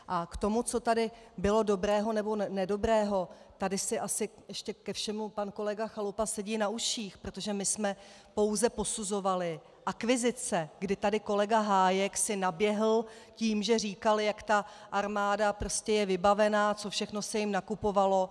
A k tomu, co tady bylo dobrého nebo nedobrého, tady si asi ještě ke všemu pan kolega Chalupa sedí na uších, protože my jsme pouze posuzovali akvizice, kdy tady kolega Hájek si naběhl tím, že říkal, jak ta armáda prostě je vybavená, co všechno se jim nakupovalo.